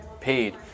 paid